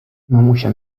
mamusia